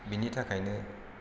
बेनि थाखायनो